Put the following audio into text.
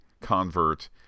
convert